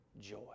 joy